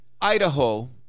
Idaho